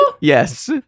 Yes